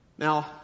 Now